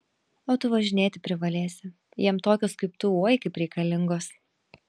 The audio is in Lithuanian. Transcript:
o tu važinėti privalėsi jam tokios kaip tu oi kaip reikalingos